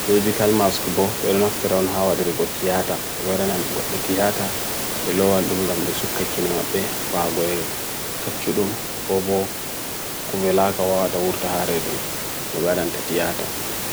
Sujikal mask boh, belonaf teraon hawa dir go tiyata. Tverana go tiyata. Beloa lunga me sukkakina mape fagwe kachurum go boh, kumvela kawawata urta haredun. Mweraan ta tiyata.